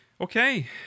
Okay